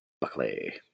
Buckley